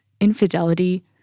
infidelity